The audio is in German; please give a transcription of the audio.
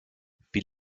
wie